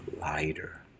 lighter